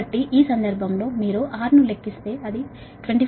కాబట్టి ఈ సందర్భంలో మీరు R ను లెక్కిస్తే అది 25